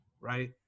right